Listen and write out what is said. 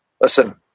listen